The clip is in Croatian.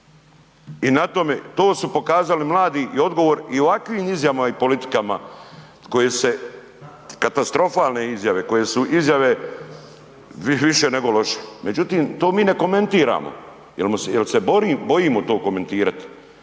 I na tome, to su pokazali mladi i odgovor i ovakvim izjavama i politikama koje se, katastrofalne izjave, koje su izjave više nego loše. Međutim, to mi ne komentiramo, jer se bojimo to komentirati.